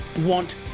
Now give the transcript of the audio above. want